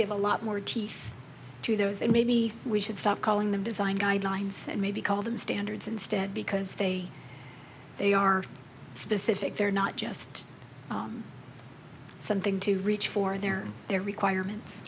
give a lot more teeth to those and maybe we should stop calling them design guidelines and maybe call them standards instead because they they are specific they're not just something to reach for their their requirements